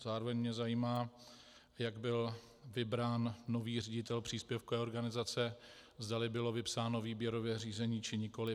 Zároveň mě zajímá, jak byl vybrán nový ředitel příspěvkové organizace, zdali bylo vypsáno výběrové řízení, či nikoli.